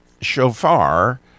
shofar